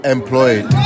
Employed